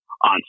on